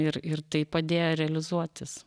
ir ir tai padėjo realizuotis